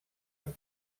amb